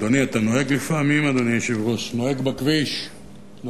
אדוני היושב-ראש, אתה נוהג בכביש לפעמים?